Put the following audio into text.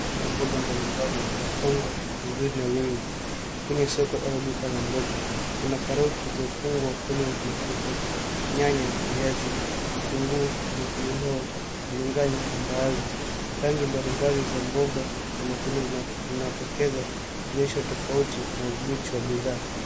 Kuna mboga mbalimbali zilizopangwa kwa uzuri na wingi. Kwenye soko au duka la mboga kuna karoti zilizofungwa kwenye mifuko, nyanya, viazi, vitunguu, pilipili hoho, biringanya na mbaazi. Rangi mbalimbali za mboga na matunda zinatokeza zikionyesha utofauti na ubichi wa bidhaa.